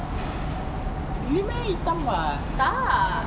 really meh hitam [what]